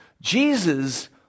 Jesus